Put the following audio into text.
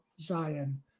Zion